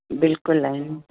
बिल्कुलु आहिनि